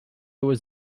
was